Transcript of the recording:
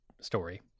story